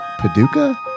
Paducah